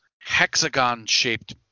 hexagon-shaped